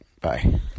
Bye